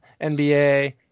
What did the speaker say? NBA